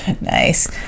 Nice